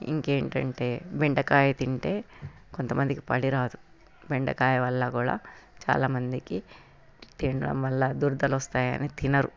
ఇంకా ఏంటంటే బెండకాయ తింటే కొంతమందికి పడదు బెండకాయ వల్ల కూడా చాలా మందికి తినడం వల్ల దురదలు వస్తాయని తినరు